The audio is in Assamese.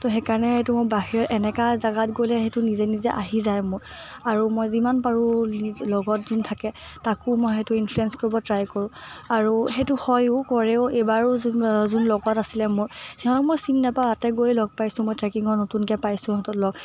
ত' সেইকাৰণে সেইটো মই বাহিৰত এনেকুৱা জেগাত গ'লে সেইটো নিজে নিজে আহি যায় মোৰ আৰু মই যিমান পাৰোঁ লগত যোন থাকে তাকো মই সেইটো ইনফ্লোয়েঞ্চ কৰিব ট্ৰাই কৰোঁ আৰু সেইটো হয়ো কৰেও এইবাৰো যোন যোন লগত আছিলে মোৰ সিহঁতক মই চিনি নাপাওঁ তাতে গৈ লগ পাইছোঁ মই ট্ৰেকিঙত নতুনকৈ পাইছোঁ সিহঁতক লগ